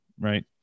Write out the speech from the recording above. right